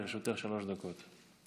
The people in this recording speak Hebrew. לרשותך שלוש דקות.